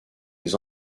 les